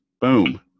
Boom